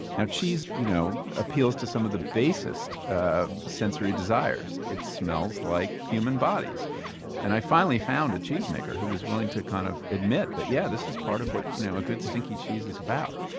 you know cheese you know appeals to some of the basest sensory desires. it smells like human bodies and i finally found a cheese maker who was willing to kind of admit that, yeah, this is part of what you know a good stinky cheese is about.